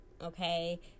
okay